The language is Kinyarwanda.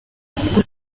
gusa